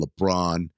LeBron